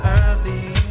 early